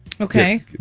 Okay